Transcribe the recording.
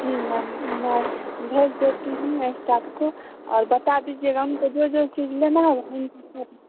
जी ma'am मैं भेज देती हूँ स्टाफ को और बता दीजिएगा उनको जो जो चीज़ लेनी है